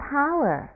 power